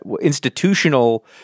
institutional